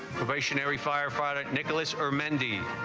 firefighter nicholas or mehndi